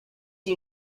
you